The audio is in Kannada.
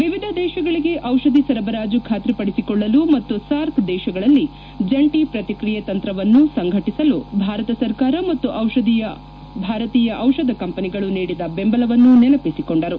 ವಿವಿಧ ದೇಶಗಳಿಗೆ ಔಷಧಿ ಸರಬರಾಜು ಖಾತ್ರಿಪಡಿಸಿಕೊಳ್ಳಲು ಮತ್ತು ಸಾರ್ಕ್ ದೇಶಗಳಲ್ಲಿ ಜಂಟಿ ಪ್ರಕ್ರಿಯೆ ತಂತ್ರವನ್ನು ಸಂಘಟಿಸಲು ಭಾರತ ಸರ್ಕಾರ ಮತ್ತು ಭಾರತೀಯ ಔಷಧ ಕಂಪನಿಗಳು ನೀಡಿದ ಬೆಂಬಲವನ್ನು ನೆನಪಿಸಿಕೊಂಡರು